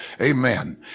Amen